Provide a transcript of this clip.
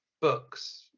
books